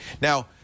Now